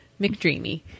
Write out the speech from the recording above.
McDreamy